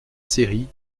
série